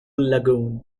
lagoon